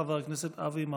חבר הכנסת אבי מעוז.